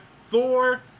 Thor